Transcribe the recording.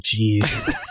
jeez